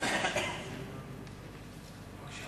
בבסיס